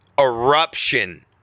Eruption